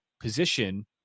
position